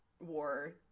war